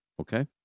Okay